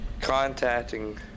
contacting